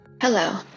Hello